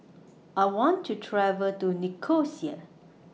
I want to travel to Nicosia